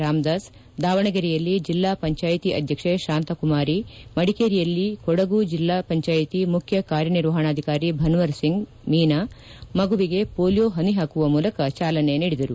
ರಾಂದಾಸ್ ದಾವಣಗೆರೆಯಲ್ಲಿ ಜಿಲ್ಲಾ ಪಂಚಾಯತಿ ಅಧ್ಯಕ್ಷೆ ಶಾಂತ ಕುಮಾರಿ ಮಡಿಕೇರಿಯಲ್ಲಿ ಕೊಡಗು ಜಿಲ್ಲಾ ಪಂಚಾಯಿತಿ ಮುಖ್ಯ ಕಾರ್ಯನಿರ್ವಹಣಾಧಿಕಾರಿ ಭನ್ವರ್ ಸಿಂಗ್ ಮೀನಾ ಮಗುವಿಗೆ ಪೊಲಿಯೋ ಹನಿ ಹಾಕುವ ಮೂಲಕ ಚಾಲನೆ ನೀಡಿದರು